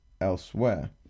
elsewhere